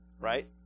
right